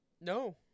No